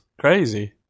crazy